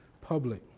public